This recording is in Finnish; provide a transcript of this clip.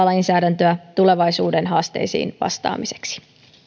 lainsäädäntöä tulevaisuuden haasteisiin vastaamiseksi